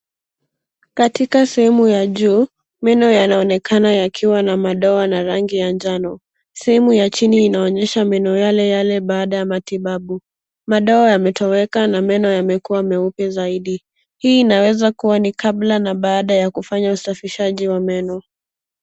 Katika sehemu ya juu, meno yanaonekana yakiwa na madoa, na rangi ya njano. Sehemu ya chini inaonyesha meno yale yale baada ya matibabu. Madoa yametoweka, na meno yamekuwa meupe zaidi. Hii inaweza kuwa ni kabla na baada ya kufanya usafishaji wa meno.